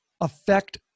affect